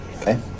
Okay